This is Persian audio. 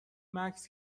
مکث